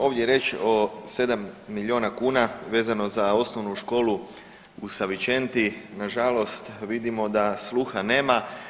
Ovdje je riječ o 7 miliona kuna vezano za Osnovnu školu u Savičenti, nažalost vidimo da sluha nema.